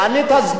מה זה קשור?